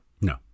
No